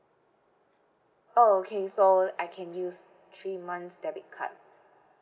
oh okay so I can use three months debit card